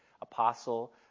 apostle